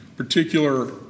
particular